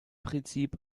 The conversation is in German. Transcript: prinzip